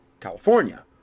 california